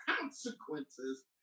consequences